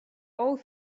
all